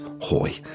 Hoy